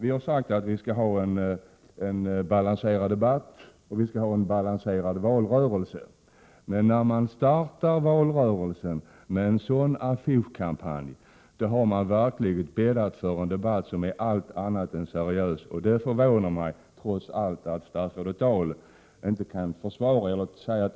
Vi har sagt att vi skall ha en balanserad debatt och en balanserad valrörelse, men när man startar valrörelsen med en sådan affischkampanj, har man verkligen bäddat för en debatt som är allt annat än seriös. Det förvånar mig trots allt att statsrådet Dahl inte kan säga: Det här var fel.